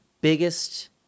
biggest